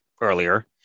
earlier